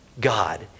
God